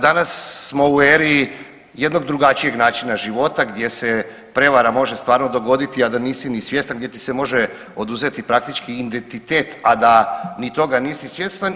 Danas smo u eri jednog drugačijeg načina života gdje se prevara može stvarno dogoditi a da nisi ni svjestan gdje ti se može oduzeti praktički identitet, a da ni toga nisi svjestan.